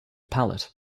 palette